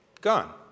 gone